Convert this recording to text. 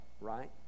right